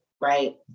Right